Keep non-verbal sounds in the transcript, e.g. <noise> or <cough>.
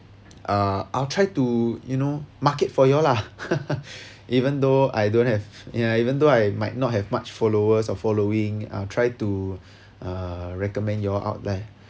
uh I'll try to you know market for you all lah <laughs> even though I don't have ya even though I might not have much followers or following I'll try to <breath> uh recommend you all out there <breath>